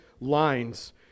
lines